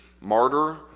martyr